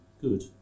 good